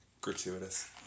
gratuitous